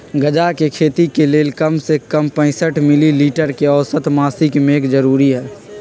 गजा के खेती के लेल कम से कम पैंसठ मिली मीटर के औसत मासिक मेघ जरूरी हई